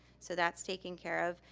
so that's taken care of.